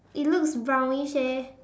it looks brownish eh